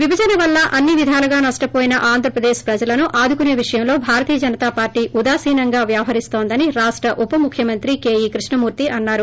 విభజన వల్ల అన్ని విధాలుగా నష్షపోయిన ఆంధ్ర ప్రదేశ్ ప్రజలను ఆడుకునే విషయంలో భారత్య జనతా పార్వే ఉదాసీనంగా వ్యవహరిస్తోందని రాష్ర ఉప ముఖ్యమంత్రి కేయా కృష్ణమూర్తి అన్నారు